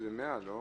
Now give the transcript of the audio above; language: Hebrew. שזה מעל.